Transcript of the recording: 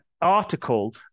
article